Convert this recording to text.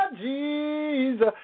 Jesus